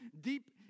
Deep